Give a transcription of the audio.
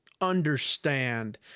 Understand